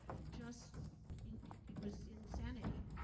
just it was insanity.